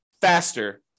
faster